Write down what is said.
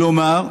כלומר,